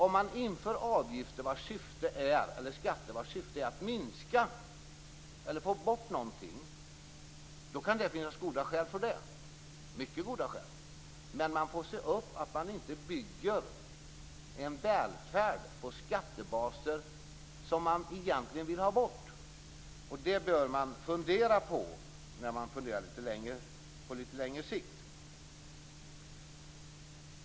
Om man inför avgifter eller skatter vilkas syfte är att minska eller ta bort någonting, då kan det finnas mycket goda skäl för det, men man får se upp så att man inte bygger en välfärd på skattebaser som man egentligen vill ha bort. Detta bör man fundera över på litet längre sikt.